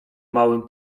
małym